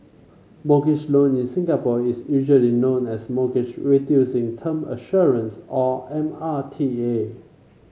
mortgage loan in Singapore is usually known as Mortgage Reducing Term Assurance or M R T A